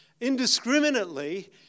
indiscriminately